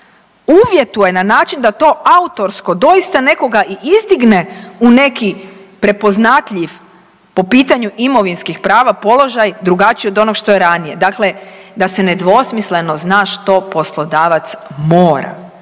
uvjetuje na način da to autorsko doista nekoga i izdigne u neki prepoznatljiv po pitanju imovinskih prava položaj drugačiji od onog što je ranije. Dakle, da se nedvosmisleno zna što poslodavac mora,